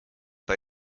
pas